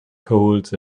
colds